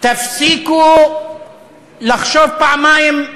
תפסיקו לחשוב פעמיים,